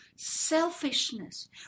selfishness